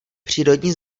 přírodní